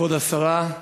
כבוד השרה,